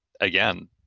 again